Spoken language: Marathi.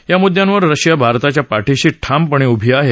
या मुद्द्यांवर रशिया भारताच्या पाठीशी ठामपणे उभी आहे